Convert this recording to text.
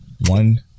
One